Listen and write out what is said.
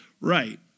Right